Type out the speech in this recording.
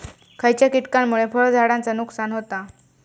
खयच्या किटकांमुळे फळझाडांचा नुकसान होता?